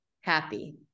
happy